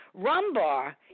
Rumbar